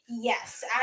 Yes